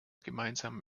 gemeinsamen